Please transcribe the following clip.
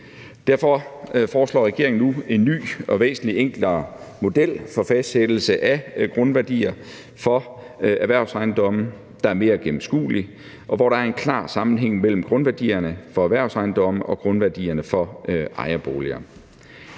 Derfor foreslår regeringen nu en ny og væsentlig enklere model for fastsættelse af grundværdier for erhvervsejendomme, der er mere gennemskuelig, og hvor der er en klar sammenhæng mellem grundværdierne for erhvervsejendomme og grundværdierne for ejerboliger.